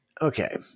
okay